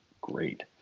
great